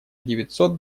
девятьсот